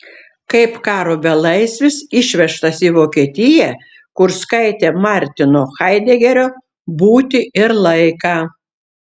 kaip karo belaisvis išvežtas į vokietiją kur skaitė martino haidegerio būtį ir laiką